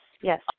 yes